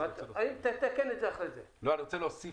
רוצה להוסיף משהו.